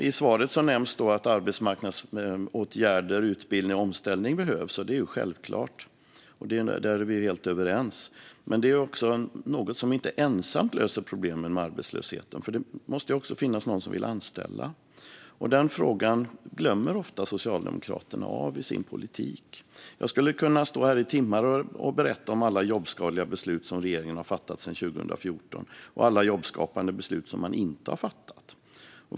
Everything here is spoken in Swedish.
I svaret nämndes att arbetsmarknadsåtgärder som utbildning och omställning behövs. Det är självklart. Där är vi helt överens. Men det löser inte ensamt problemen med arbetslösheten. Det måste också finnas någon som vill anställa. Den frågan glömmer Socialdemokraterna ofta av i sin politik. Jag skulle kunna stå här i timmar och berätta om alla jobbskadliga beslut sedan 2014 som regeringen har fattat och alla jobbskapande beslut som man inte har fattat.